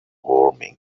warming